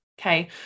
Okay